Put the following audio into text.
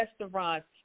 restaurants